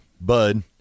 Bud